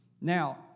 Now